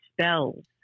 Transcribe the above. spells